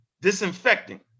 disinfecting